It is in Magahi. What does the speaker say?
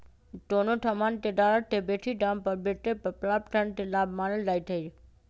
कोनो समान के लागत से बेशी दाम पर बेचे पर प्राप्त धन के लाभ मानल जाइ छइ